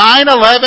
9-11